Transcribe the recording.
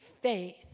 faith